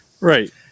Right